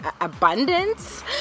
abundance